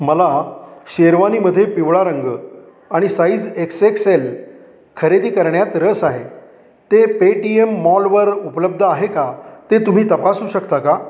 मला शेरवानीमध्ये पिवळा रंग आणि साईज एक्स एक्स एल खरेदी करण्यात रस आहे ते पेटीएम मॉलवर उपलब्ध आहे का ते तुम्ही तपासू शकता का